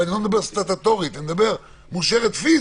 ואני לא מדבר סטטוטורית אלא אני מדבר על כך שהיא מאושרת פיזית.